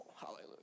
Hallelujah